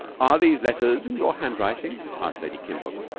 are these letters in your handwriting? asked lady kimbuck,